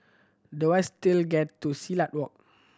the wise to get to Silat Walk